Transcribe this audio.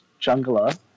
jungler